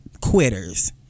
quitters